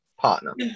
partner